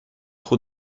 trop